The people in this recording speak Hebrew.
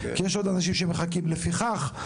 לפיכך,